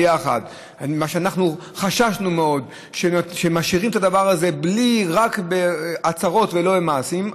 ביחד חששנו מאוד שמשאירים את הדבר הזה רק עם הצהרות ובלי מעשים.